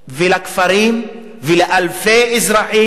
וכפרים ואלפי אזרחים,